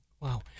wow